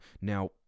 Now